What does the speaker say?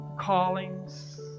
callings